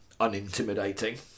unintimidating